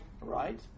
right